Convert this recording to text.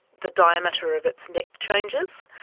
the diameter of its neck changes,